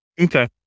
Okay